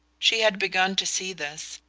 she had begun to see this,